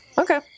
Okay